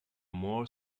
more